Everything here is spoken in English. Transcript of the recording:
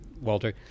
Walter